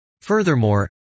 Furthermore